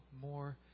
more